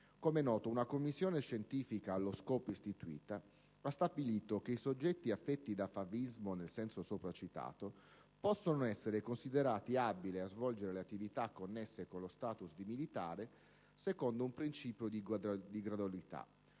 Come è noto, una commissione scientifica allo scopo istituita ha stabilito che i soggetti affetti da favismo nel senso sopra citato possono essere considerati abili a svolgere le attività connesse con lo *status* di militare secondo un principio di gradualità,